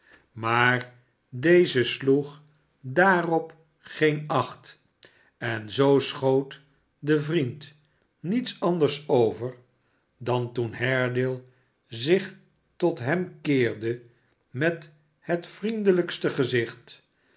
maar deze sloeg daarop geen acht en zooschoot den vriend mets anders over dan toen haredale zich tot hem keerde met het vriendelijkste gezicht